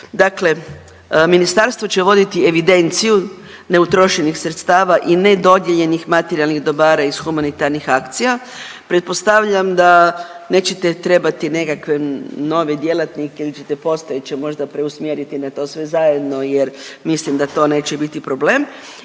dakle ministarstvo će voditi evidenciju neutrošenih sredstava i ne dodijeljenih materijalnih dobra iz humanitarnih akcija. Pretpostavljam da nećete trebati nekakve nove djelatnike ili ćete postojeće možda preusmjeriti na to sve zajedno jer mislim da to neće biti problem